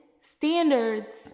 standards